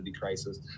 crisis